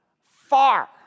far